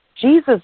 Jesus